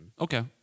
Okay